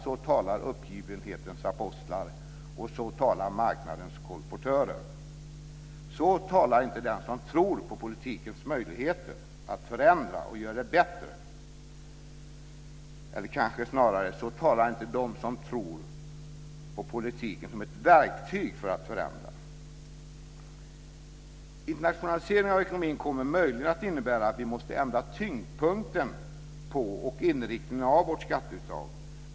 Så talar uppgivenhetens apostlar och så talar marknadens kolportörer. Så talar inte den som tror på politikens möjligheter att förändra till det bättre. Eller kanske snarare: Så talar inte de som tror på politiken som ett verktyg för att förändra. Internationaliseringen av ekonomin kommer möjligen att innebära att vi måste ändra tyngdpunkten på och inriktningen av vårt skatteuttag.